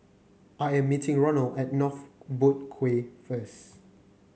I am meeting Ronal at North Boat Quay first